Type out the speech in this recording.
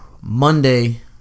Monday